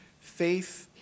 faith